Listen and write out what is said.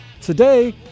Today